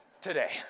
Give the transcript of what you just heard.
today